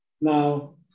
Now